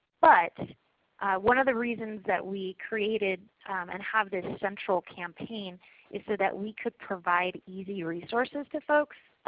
but one of the reasons that we created and have this central campaign is so that we could provide easy resources to folks.